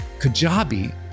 Kajabi